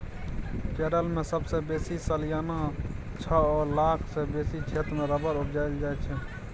केरल मे सबसँ बेसी सलियाना छअ लाख सँ बेसी क्षेत्र मे रबर उपजाएल जाइ छै